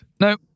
No